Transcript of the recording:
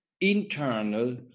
internal